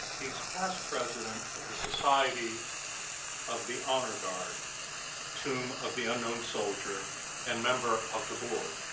he's past president of the society of the honor guard tomb of the unknown soldier and member of the board.